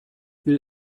will